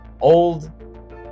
old